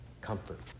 comfort